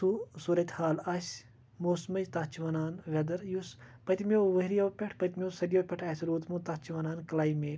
صورتِ حال آسہِ موسمٕچ تَتھ چھِ وَنان ویٚدَر یُس پٔتمیٚو ؤریو پٮ۪ٹھ پٔتمیٚو صدیو پٮ۪ٹھ آسہِ روٗدمُت تَتھ چھِ وَنان کٕلایمیٹ